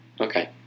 Okay